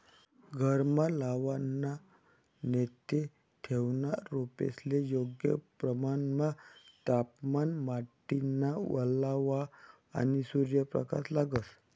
घरमा लावाना नैते ठेवना रोपेस्ले योग्य प्रमाणमा तापमान, माटीना वल्लावा, आणि सूर्यप्रकाश लागस